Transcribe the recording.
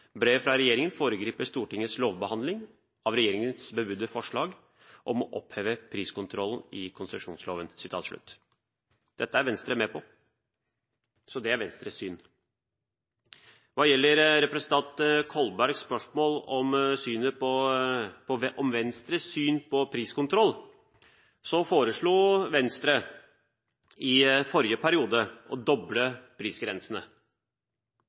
brev til kommuner, fylkeskommuner og SLF om å se bort fra konsesjonslovens § 9 første ledd ved behandling av konsesjon fordi regjeringen vil foreslå å oppheve dette.» Det står også at «brevet fra regjeringen foregriper Stortingets lovbehandling av regjeringens forslag om å oppheve priskontrollen i konsesjonsloven». Dette er Venstre med på, så det er Venstres syn. Hva gjelder representanten Kolbergs spørsmål om